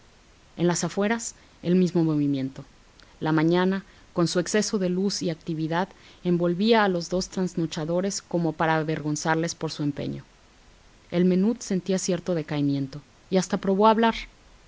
en las afueras el mismo movimiento la mañana con su exceso de luz y actividad envolvía a los dos trasnochadores como para avergonzarles por su empeño el menut sentía cierto decaimiento y hasta probó a hablar